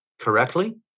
correctly